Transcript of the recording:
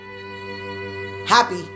Happy